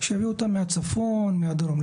שיביאו אותם מהצפון לדרום.